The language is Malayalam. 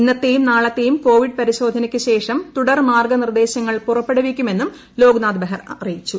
ഇന്നത്തെയും നാളെത്തെയും കോവിഡ് പരിശോധനയ്ക്ക് ശേഷം തുടർ മാർഗ നിർദേശങ്ങൾ പുറപ്പെടുവിക്കുമെന്നും ലോക്നാഥ് ബെഹ്റ അറിയിച്ചു